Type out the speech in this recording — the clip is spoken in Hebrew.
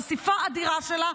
חשיפה אדירה שלה.